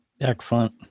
Excellent